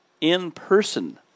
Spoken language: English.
in-person